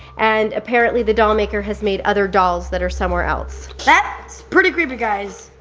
and apparently, the doll maker has made other dolls that are somewhere else. that's pretty creepy, guys.